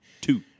Two